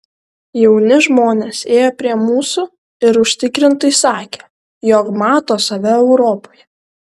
jauni žmonės ėjo prie mūsų ir užtikrintai sakė jog mato save europoje